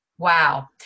Wow